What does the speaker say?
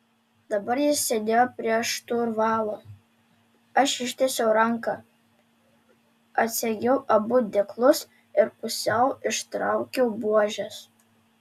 dabar jis sėdėjo prie šturvalo aš ištiesiau ranką atsegiau abu dėklus ir pusiau ištraukiau buožes